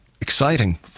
exciting